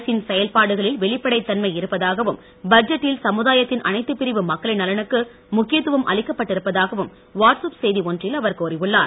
அரசின் செயல்பாடுகளில் வெளிப்படைத் தன்மை இருப்பதாகவும் பட்ஜெட்டில் சமுதாயத்தின் அனைத்து பிரிவு மக்களின் நலனுக்கு முக்கியத்துவம் அளிக்கப்பட்டிருப்பதாகவும் வாட்ஸ்அப் செய்தி ஒன்றில் அவர் கூறியுள்ளார்